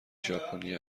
ژاپنی